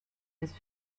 des